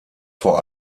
vor